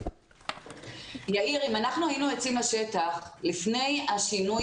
אם אנחנו היינו יוצאים לשטח לפני השינוי